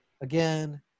again